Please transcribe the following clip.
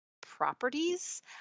properties